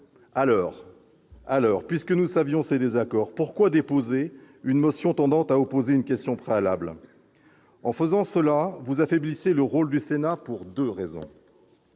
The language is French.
étions conscients de ces désaccords, pourquoi déposer une motion tendant à opposer la question préalable ? En procédant ainsi, vous affaiblissez le rôle du Sénat pour deux raisons